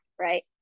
Right